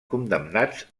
condemnats